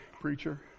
preacher